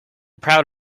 proud